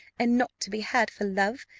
and not to be had for love,